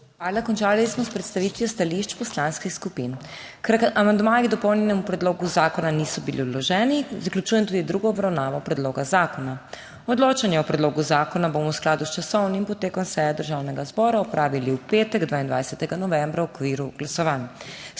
Hvala. Končali smo s predstavitvijo stališč poslanskih skupin. Ker amandmaji k dopolnjenemu predlogu zakona niso bili vloženi, zaključujem tudi drugo obravnavo predloga zakona. Odločanje o predlogu zakona bomo v skladu s časovnim potekom seje Državnega zbora opravili v petek 22. novembra v okviru glasovanj.